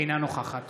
אינה נוכחת